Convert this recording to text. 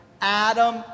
Adam